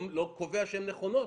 לא קובע שהן נכונות,